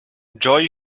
joy